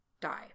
die